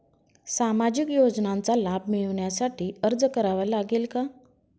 सामाजिक योजनांचा लाभ मिळविण्यासाठी अर्ज करावा लागेल का?